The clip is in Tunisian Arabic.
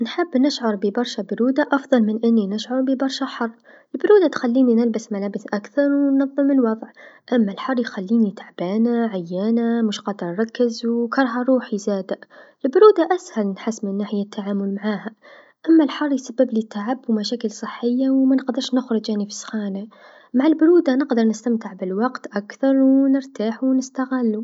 نحب نشعر ببرشا بروده أفضل من أني نشعر ببرشا حر، البروده تخليني نلبس ملابس أكثر و نظم الوضع، أما الحر يخليني تعبانه عيانه مش قادره نركز و كارها روحي زادا، البروده أسهل نحس من حيث التعامل معاها، أما الحر فيسببلي تعب و مشاكل صحيه و منقدرش نخرج أنا في السخانه، مع البروده نقدر نستمتع بالوقت أكثر و نرتاح و نستغلو.